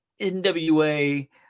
nwa